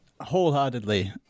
Wholeheartedly